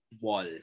wall